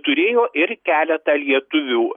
turėjo ir keletą lietuvių